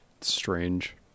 strange